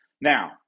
Now